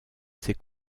ses